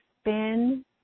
spin